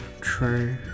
true